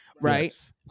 right